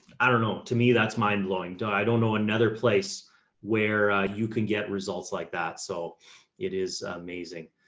i don't know, to me, that's mind blowing to, i don't know, another place where you can get results like that. so it is amazing.